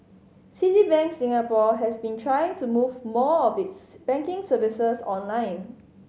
Citibank Singapore has been trying to move more of its banking services online